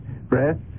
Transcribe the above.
breath